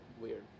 weird